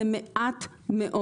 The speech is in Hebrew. זה מעט מאוד.